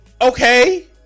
Okay